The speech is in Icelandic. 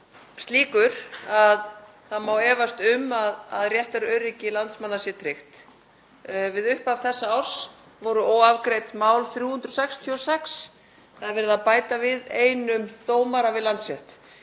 slíkur að það má efast um að réttaröryggi landsmanna sé tryggt. Við upphaf þessa árs voru óafgreidd mál 366. Það er verið að bæta við einum dómara í Landsrétt.